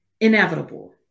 inevitable